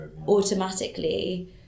automatically